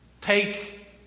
Take